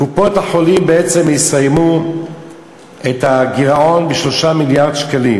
קופות-החולים בעצם יסיימו את הגירעון ב-3 מיליארד שקלים,